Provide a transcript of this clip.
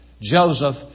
Joseph